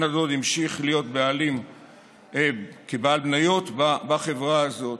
ובן הדוד המשיך להיות בעלים כבעל מניות בחברה הזאת.